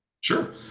Sure